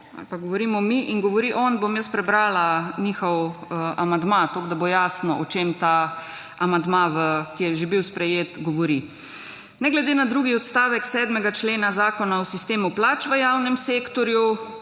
ali pa govorimo mi in govori on. Bom jaz prebrala njihov amandma, toliko da bo jasno, o čem ta amandma v, ki je že bil sprejet, govori. Ne glede na drugi odstavek 7. člena Zakona o sistemu plač v javnem sektorju,